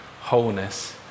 wholeness